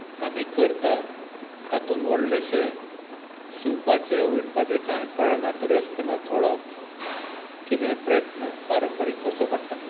आमी करता तातून व्हडलेंशें शिवपाचें विणपाचें कांय पडना तरी आसतना थोडो कितें प्रयत्न पारंपारीक करचो पडटा